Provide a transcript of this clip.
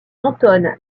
anton